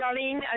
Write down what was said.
Darlene